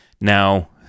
Now